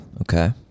Okay